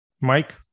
Mike